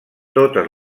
totes